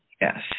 Yes